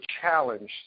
challenge